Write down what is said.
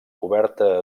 coberta